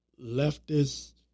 leftist